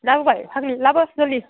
लाबोबाय फाग्लि लाबो जलदि